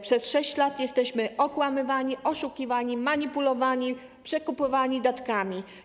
Przez 6 lat jesteśmy okłamywani, oszukiwani, manipulowani, przekupywani datkami.